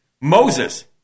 Moses